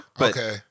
Okay